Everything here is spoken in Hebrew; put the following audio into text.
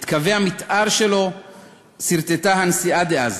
את קווי המתאר שלו סרטטה הנשיאה דאז,